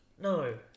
no